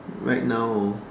like now